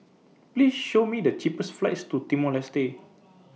Please Show Me The cheapest flights to Timor Leste